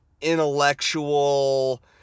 intellectual